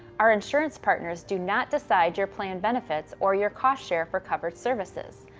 our insurance partners do not decide your plan benefits or your cost share for covered services.